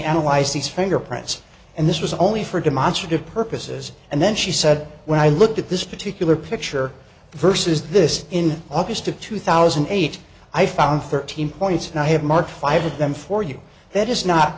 analyzed these fingerprints and this was only for demonstrative purposes and then she said when i looked at this particular picture versus this in august of two thousand and eight i found thirteen points and i have marked five of them for you that is not